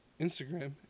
Instagram